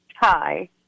Hi